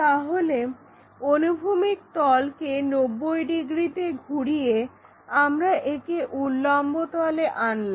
তাহলে অনুভূমিক তলকে 90 ডিগ্রিতে ঘুরিয়ে আমরা একে উল্লম্ব তলে আনলাম